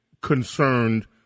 concerned